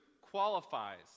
qualifies